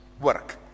work